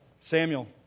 Samuel